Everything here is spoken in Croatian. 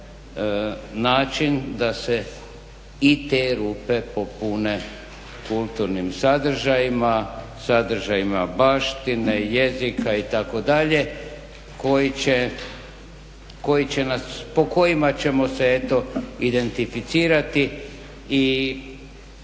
način da se i te ruke popune kulturnim sadržajima, sadržajima baštine, jezika itd. po kojima ćemo se eto identificirati i